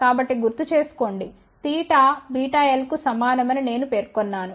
కాబట్టి గుర్తుచేసుకోండి theta βl కు సమానమని నేను పేర్కొన్నాను